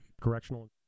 Correctional